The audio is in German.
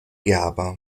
gerber